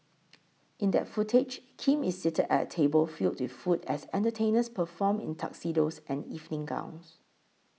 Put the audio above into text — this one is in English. in that footage Kim is seated at table filled with food as entertainers perform in tuxedos and evening gowns